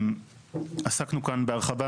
עסקנו כאן בהרחבה,